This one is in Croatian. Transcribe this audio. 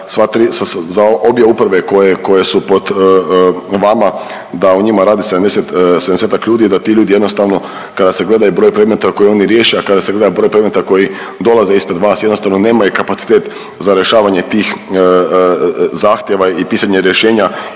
za obje uprave koje, koje su pod vama da u njima radi 70, 70-ak ljudi i da ti ljudi jednostavno kada se gleda i broj predmeta koji oni riješe, a kada se gleda broj predmete koji dolaze ispred vas jednostavno nemaju kapacitet za rješavanje tih zahtjeva i pisanja rješenja